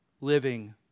living